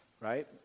right